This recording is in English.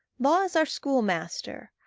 law is our schoolmaster.